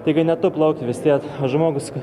taigi ne tu plauki vis tiek žmogus